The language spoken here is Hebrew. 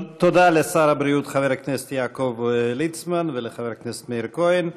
תודה לשר הבריאות חבר הכנסת יעקב ליצמן ולחבר הכנסת מאיר כהן.